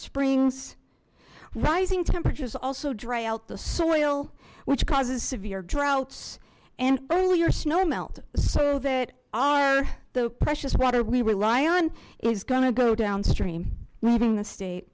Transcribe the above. springs rising temperatures also dry out the soil which causes severe droughts and earlier snowmelt so that are the precious water we rely on is gonna go downstream leaving the state